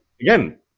again